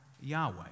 Yahweh